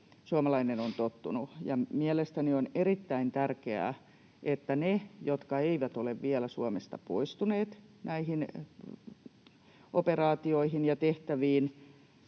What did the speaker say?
suomalainen on tottunut. Mielestäni on erittäin tärkeää, että ne, jotka eivät ole vielä Suomesta poistuneet näihin operaatioihin ja tehtäviin,